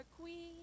queen